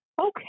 Okay